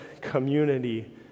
community